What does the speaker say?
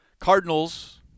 Cardinals